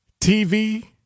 TV